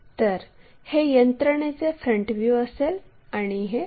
तर हे यंत्रणेचे फ्रंट व्ह्यू असेल आणि हे टॉप व्ह्यू असेल